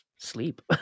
sleep